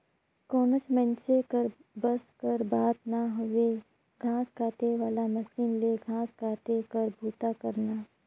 कोनोच मइनसे कर बस कर बात ना हवे घांस काटे वाला मसीन ले घांस काटे कर बूता करना